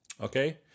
Okay